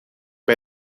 bij